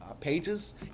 pages